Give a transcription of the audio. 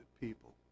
people